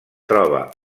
troba